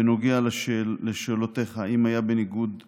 בנוגע לשאלותיך אם זה היה בניגוד לנהלים,